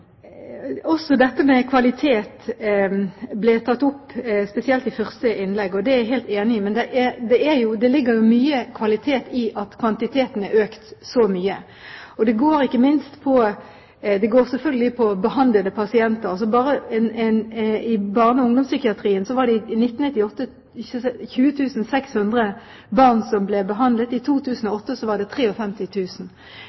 også sikre at det er en kvalitetssikring av behandlingen som gis. Også dette med kvalitet ble tatt opp, spesielt i første innlegg, og det er jeg helt enig i, men det ligger jo mye kvalitet i at kvantiteten har økt så mye. Det går selvfølgelig på behandlede pasienter. Bare i barne- og ungdomspsykiatrien var det i 1998 20 600 barn som ble behandlet, og i